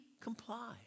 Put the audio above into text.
comply